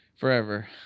Forever